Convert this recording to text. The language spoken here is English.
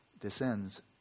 descends